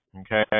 Okay